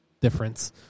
difference